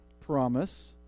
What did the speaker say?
promise